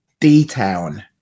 D-Town